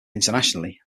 internationally